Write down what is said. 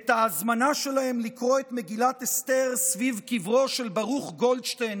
את ההזמנה שלהם לקרוא את מגילת אסתר סביב קברו של ברוך גולדשטיין